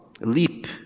leap